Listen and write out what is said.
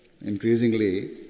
Increasingly